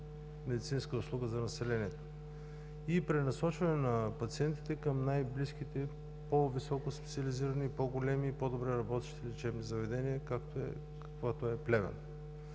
медицинска услуга за населението и пренасочване на пациентите към най-близките по-високоспециализирани, по-големи, и по-добре работещи лечебни заведения, каквато е в Плевен.